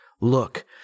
Look